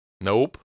Nope